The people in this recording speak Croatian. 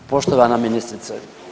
Poštovana ministrice.